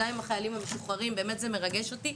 גם עם החיילים המשוחררים זה באמת מרגש אותי,